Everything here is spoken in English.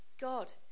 God